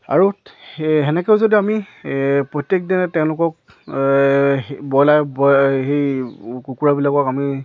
আৰু সেনেকেও যদি আমি প্ৰত্যেক দিনে তেওঁলোকক ব্ৰইলাৰ সেই কুকুৰা বিলাকক আমি